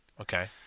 Okay